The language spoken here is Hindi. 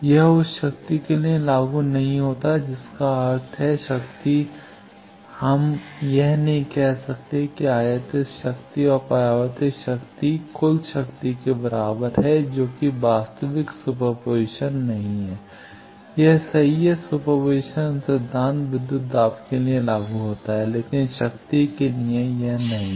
यह उस शक्ति के लिए लागू नहीं होता है जिसका अर्थ है शक्ति हम यह नहीं कह सकते हैं कि आयातित शक्ति और परावर्तित शक्ति कुल शक्ति के बराबर है जो कि वास्तविक सुपरपोजिशन नहीं है यह सही है सुपरपोजिशन सिद्धांत विद्युत दाब के लिए लागू होता है लेकिन शक्ति के लिए यह नहीं है